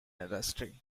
industry